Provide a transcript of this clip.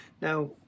now